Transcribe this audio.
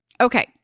Okay